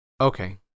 Okay